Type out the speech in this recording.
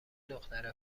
دختره